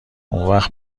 اونوقت